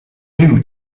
new